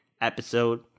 episode